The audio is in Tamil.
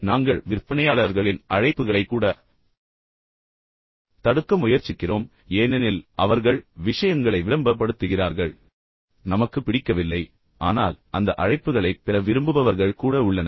நாங்கள் விற்பனையாளர்களின் அழைப்புகளை கூட தடுக்க முயற்சிக்கிறோம் ஏனெனில் அவர்கள் விஷயங்களை விளம்பர படுத்துகிறார்கள் மற்றும் நமக்கு பிடிக்கவில்லை ஆனால் அந்த அழைப்புகளைப் பெற விரும்புபவர்கள் கூட உள்ளனர்